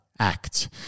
Act